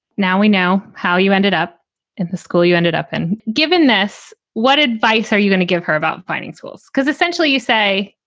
now we know how you ended up in the school you ended up and given this. what advice are you going to give her about finding schools? because essentially you say,